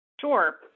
Sure